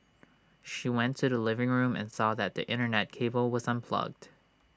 she went to the living room and saw that the Internet cable was unplugged